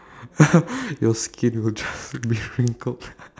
your skin will dry be wrinkled